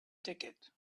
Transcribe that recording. ticket